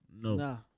No